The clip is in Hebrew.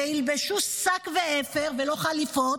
וילבשו שק ואפר" ולא חליפות,